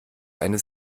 eine